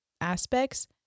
aspects